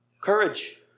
Courage